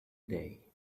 day